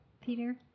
Peter